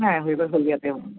হ্যাঁ এবার হলদিয়াতে হবে